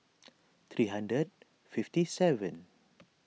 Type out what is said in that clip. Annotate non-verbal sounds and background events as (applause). (noise) three hundred fifty seven